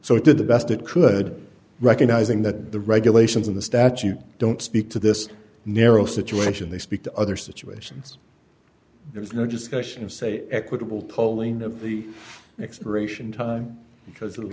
so it did the best it could recognizing that the regulations in the statute don't speak to this narrow situation they speak to other situations there's no discussion of say equitable polling of the expiration time because